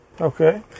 Okay